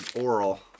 oral